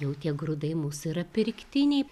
jau tie grūdai mūsų yra pirktiniai